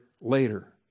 later